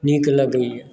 नीक लागैया